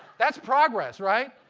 that's progress, right?